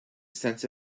sense